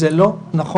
זה לא נכון,